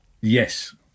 Yes